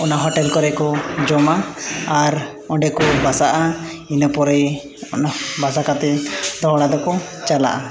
ᱚᱱᱟ ᱦᱳᱴᱮᱞ ᱠᱚᱨᱮ ᱠᱚ ᱡᱚᱢᱟ ᱟᱨ ᱚᱸᱰᱮ ᱠᱚ ᱵᱟᱥᱟᱜᱼᱟ ᱤᱱᱟᱹ ᱯᱚᱨᱮ ᱚᱱᱟ ᱵᱟᱥᱟ ᱠᱟᱛᱮᱫ ᱚᱲᱟᱜ ᱫᱚᱠᱚ ᱪᱟᱞᱟᱜᱼᱟ